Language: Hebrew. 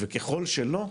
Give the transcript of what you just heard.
וככל שלא,